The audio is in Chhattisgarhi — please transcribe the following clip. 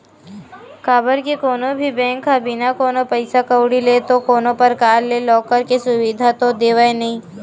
काबर के कोनो भी बेंक ह बिना कोनो पइसा कउड़ी ले तो कोनो परकार ले लॉकर के सुबिधा तो देवय नइ